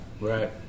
Right